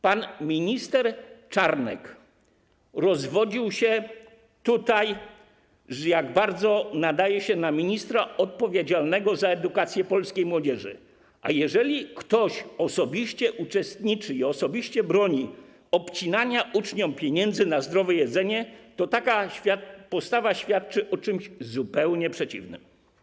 Pan minister Czarnek rozwodził się tutaj, jak bardzo nadaje się na ministra odpowiedzialnego za edukację polskiej młodzieży, ale jeżeli ktoś osobiście w tym uczestniczy i osobiście broni obcinania uczniom pieniędzy na zdrowe jedzenie, to taka postawa świadczy o czymś zupełnie przeciwnym.